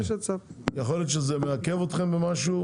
יכול להיות זה מעכב אתכם במשהו,